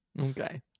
Okay